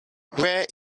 where